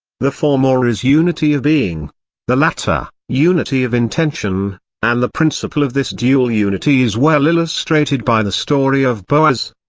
the former is unity of being the latter, unity of intention and the principle of this dual-unity is well illustrated by the story of boaz.